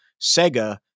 Sega